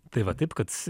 tai va taip kad